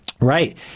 Right